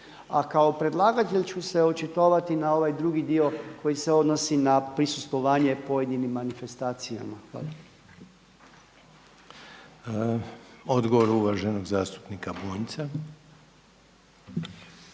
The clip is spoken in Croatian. a kao predlagatelj ću se očitovati na ovaj drugi dio koji se odnosi na prisustvovanje pojedinim manifestacijama. Hvala. **Reiner, Željko (HDZ)** Odgovor uvaženog zastupnika Bunjca.